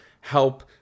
help